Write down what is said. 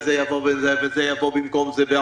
וזה יבוא במקום זה,